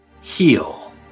Heal